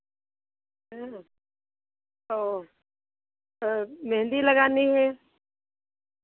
हाँ और मेहँदी लगानी है